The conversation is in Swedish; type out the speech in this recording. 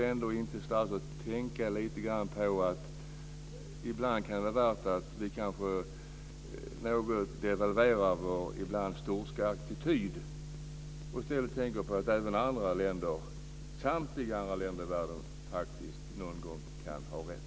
Borde inte statsrådet tänka på att det kan vara värt att devalvera vår ibland sturska attityd och tänka på att samtliga andra länder någon gång kan ha rätt?